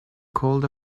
called